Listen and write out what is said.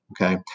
okay